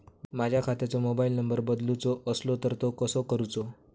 माझ्या खात्याचो mobile number बदलुचो असलो तर तो कसो करूचो?